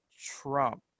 Trump